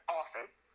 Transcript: office